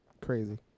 Crazy